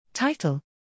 Title